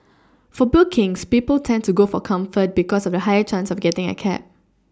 for bookings people tend to go for comfort because of the higher chance of getting a cab